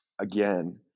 again